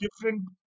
different